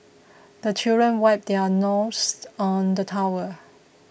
the children wipe their noses on the towel